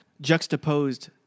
juxtaposed